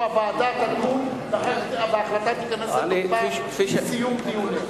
או הוועדה תדון וההחלטה תיכנס לתוקפה עם סיום דיון?